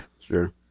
Sure